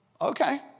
okay